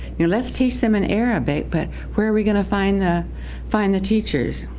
you know let's teach them an arabic but where are we going to find the find the teachers?